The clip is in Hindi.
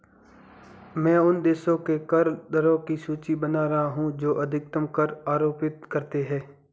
मैं उन देशों के कर दरों की सूची बना रहा हूं जो अधिकतम कर आरोपित करते हैं